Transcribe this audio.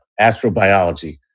astrobiology